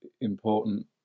important